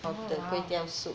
oh !wow!